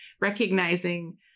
recognizing